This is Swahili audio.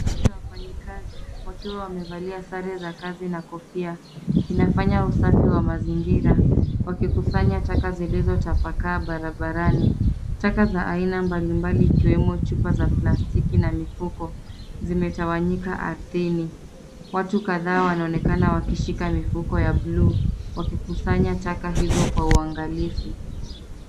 Kikundi cha wafanyikazi wakiwa wamevalia sare za kazi na kofia. Kinafanya usafi wa mazingira, wakikusanya taka zilizotapakaa barabarani. Taka za aina mbalimbali ikiwemo chupa za plastiki na mifuko zimetawanyika ardhini. Watu kadhaa wanaonekana wakishika mifuko ya buluu wakikusanya taka hizo kwa uangalifu.